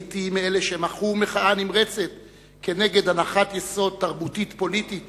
הייתי מאלו שמחו מחאה נמרצת על הנחת יסוד תרבותית-פוליטית